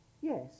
Yes